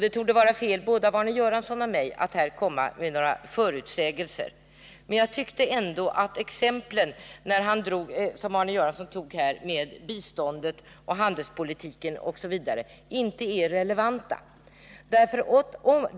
Det torde vara fel av både Olle Göransson och mig att här försöka göra några förutsägelser. Jag tyckte ändå att de exempel som Olle Göransson här gav — biståndet, handelspolitiken osv. —-inte är relevanta.